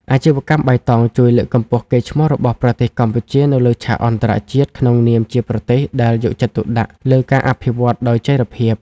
អាជីវកម្មបៃតងជួយលើកកម្ពស់កេរ្តិ៍ឈ្មោះរបស់ប្រទេសកម្ពុជានៅលើឆាកអន្តរជាតិ ក្នុងនាមជាប្រទេសដែលយកចិត្តទុកដាក់លើការអភិវឌ្ឍដោយចីរភាព។